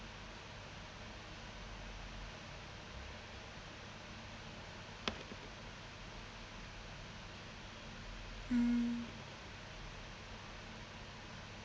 mm